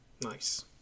Nice